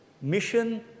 Mission